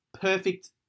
perfect